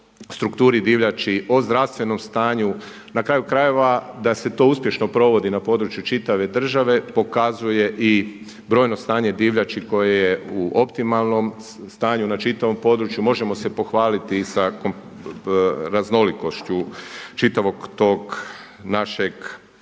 strukturi divljači, o zdravstvenom stanju. Na kraju krajeva da se to uspješno provodi na području čitave države pokazuje i brojno stanje divljači koje je u optimalnom stanju na čitavom području. Možemo se pohvaliti sa raznolikošću čitavog tog našeg